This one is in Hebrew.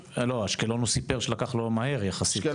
אשקלון הוא סיפר שלקח לו מהר יחסית,